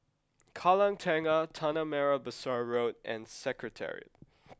Kallang Tengah Tanah Merah Besar Road and Secretariat